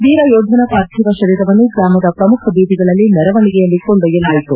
ವೀರಂೋಧನ ಪಾರ್ಥೀವ ಶರೀರವನ್ನು ಗ್ರಾಮದ ಪ್ರಮುಖ ಬೀದಿಗಳಲ್ಲಿ ಮೆರವಣಿಗೆಯಲ್ಲಿ ಕೊಂಡೊಯ್ಲಾಯಿತು